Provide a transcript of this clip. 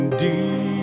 deep